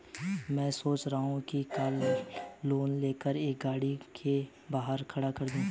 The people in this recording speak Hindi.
मैं सोच रहा हूँ कि कार लोन लेकर एक गाड़ी घर के बाहर खड़ी करूँ